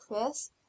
Chris